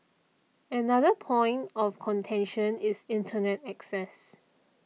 another point of contention is Internet access